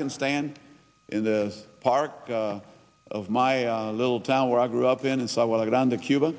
can stand in the park of my little town where i grew up in and so i want to go down to cuba